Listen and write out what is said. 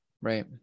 Right